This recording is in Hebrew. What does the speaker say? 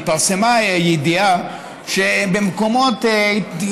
התפרסמה ידיעה שבמקומות סבירים,